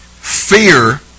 fear